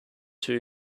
two